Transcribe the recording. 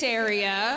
area